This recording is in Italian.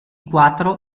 quattro